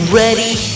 ready